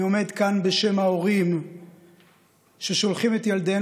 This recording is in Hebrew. אני עומד כאן בשם ההורים ששולחים את ילדיהם